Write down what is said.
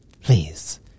Please